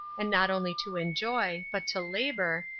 and not only to enjoy, but to labor,